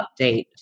update